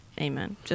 Amen